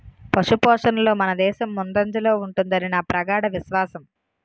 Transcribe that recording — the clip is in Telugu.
పశుపోషణలో మనదేశం ముందంజలో ఉంటుదని నా ప్రగాఢ విశ్వాసం